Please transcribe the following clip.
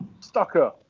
Stocker